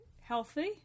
healthy